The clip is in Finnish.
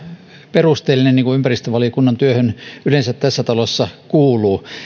perusteellinen niin kuin ympäristövaliokunnan työhön yleensä tässä talossa kuuluu